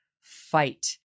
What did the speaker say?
fight